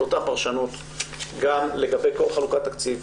את אותה פרשנות גם לגבי כל חלוקת תקציב,